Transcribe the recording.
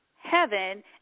heaven